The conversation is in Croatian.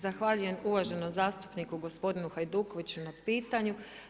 Zahvaljujem uvaženom zastupniku gospodinu Hajdukoviću na pitanju.